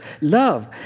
love